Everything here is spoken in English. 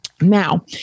Now